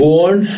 Born